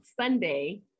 Sunday